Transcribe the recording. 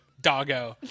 doggo